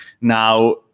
Now